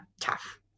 tough